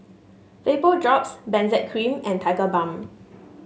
Vapodrops Benzac Cream and Tigerbalm